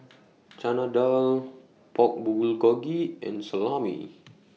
Chana Dal Pork Bulgogi and Salami